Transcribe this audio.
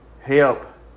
help